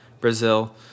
Brazil